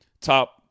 top –